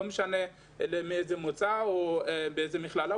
לא משנה מאיזה מוצא או באיזו מכללה,